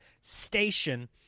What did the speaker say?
station